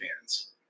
fans